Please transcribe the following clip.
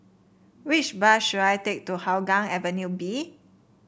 which bus should I take to Hougang Avenue B